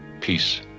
Peace